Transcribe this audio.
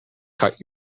cut